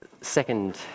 Second